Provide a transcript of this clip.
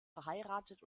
verheiratet